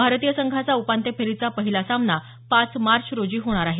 भारतीय संघाचा उपांत्य फेरीचा पहिला सामना पाच मार्च रोजी होणार आहे